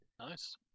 Nice